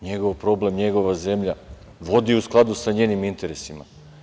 Njegov problem, njegova zemlja, vodi je u skladu sa njenim interesima.